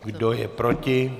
Kdo je proti?